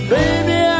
Baby